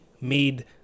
made